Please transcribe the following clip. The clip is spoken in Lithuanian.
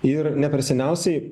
ir ne per seniausiai